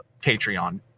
Patreon